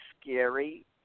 scary